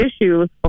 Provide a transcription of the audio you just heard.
issues